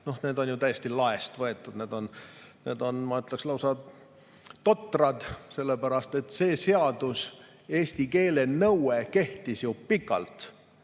need on ju täiesti laest võetud. Need on, ma ütleksin, lausa totrad, sellepärast et see seadus, eesti keele nõue kehtis ju pikalt.